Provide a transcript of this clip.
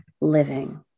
Living